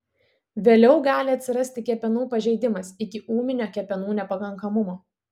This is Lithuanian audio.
vėliau gali atsirasti kepenų pažeidimas iki ūminio kepenų nepakankamumo